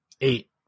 Eight